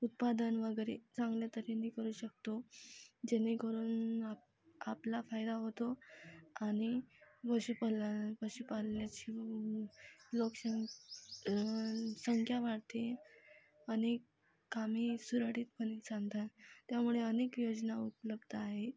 उत्पादन वगैरे चांगल्या तऱ्हेने करू शकतो जेणेकरून आप आपला फायदा होतो आणि वशुपलन पशुपालनाची लोकसं संख्या वाढते अनेक कामे सुरळीतपणे चालतात त्यामुळे अनेक योजना उपलब्ध आहे